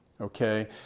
okay